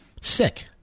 Sick